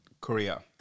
Korea